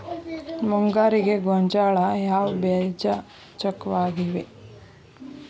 ಮುಂಗಾರಿಗೆ ಗೋಂಜಾಳ ಯಾವ ಬೇಜ ಚೊಕ್ಕವಾಗಿವೆ?